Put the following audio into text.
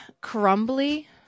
Crumbly